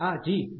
આ g